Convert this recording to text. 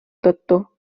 tõttu